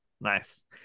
Nice